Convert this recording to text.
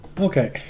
Okay